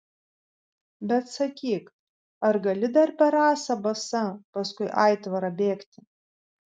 bet sakyk ar gali dar per rasą basa paskui aitvarą bėgti